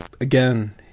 again